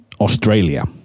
Australia